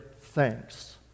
thanks